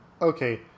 okay